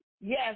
Yes